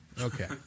Okay